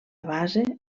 base